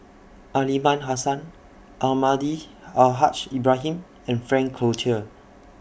Aliman Hassan Almahdi Al Haj Ibrahim and Frank Cloutier